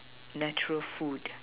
natural food